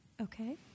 Okay